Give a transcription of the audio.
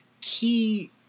key